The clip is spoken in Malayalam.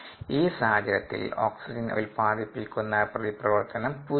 ഈ സാഹചര്യത്തിൽ ഓക്സിജൻ ഉത്പാദിപ്പിക്കുന്ന പ്രതിപ്രവർത്തനം 0 ആണ്